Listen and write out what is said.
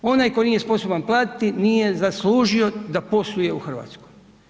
Onaj koji nije sposoban platiti, nije zaslužio da posluje u Hrvatskoj.